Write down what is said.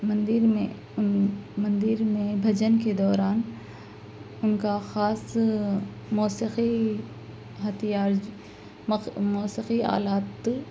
مندر میں اُن مندر میں بھجن کے دوران اُن کا خاص موسیقی ہتھیار موسیقی آلات